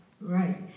Right